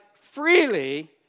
freely